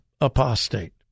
apostate